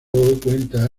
cuenta